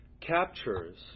captures